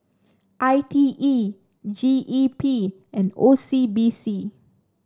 I T E G E P and O C B C